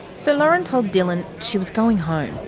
so lauren told dylan she was going home.